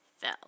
fell